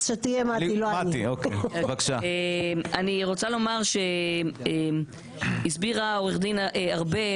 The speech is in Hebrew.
אני רוצה לומר שהסבירה עורכת הדין ארבל,